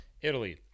Italy